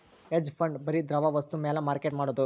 hedge fund ಬರಿ ದ್ರವ ವಸ್ತು ಮ್ಯಾಲ ಮಾರ್ಕೆಟ್ ಮಾಡೋದು